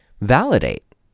validate